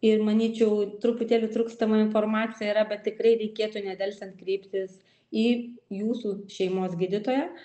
ir manyčiau truputėlį trūkstama informacija yra bet tikrai reikėtų nedelsiant kreiptis į jūsų šeimos gydytoją